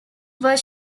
were